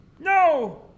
No